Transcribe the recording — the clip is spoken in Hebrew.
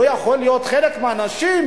לא יכול להיות שחלק מהאנשים,